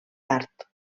art